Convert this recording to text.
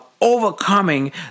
overcoming